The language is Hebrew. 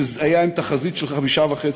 שזה היה עם תחזית של 5.5%,